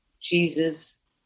Jesus